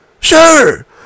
sure